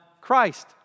Christ